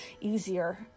easier